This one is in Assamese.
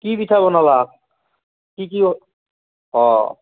কি পিঠা বনালে কি কি অঁ